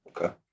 Okay